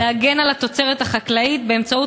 -- להגן על התוצרת החקלאית באמצעות